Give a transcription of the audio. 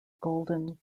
golden